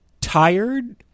tired